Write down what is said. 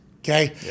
okay